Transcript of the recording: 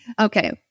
Okay